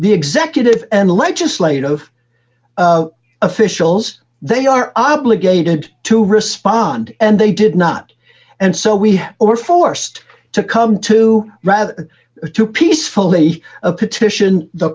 the executive and legislative officials they are obligated to respond and they did not and so we were forced to come to rather to peacefully a petition the